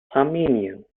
armenien